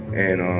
and um